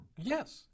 yes